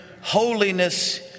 holiness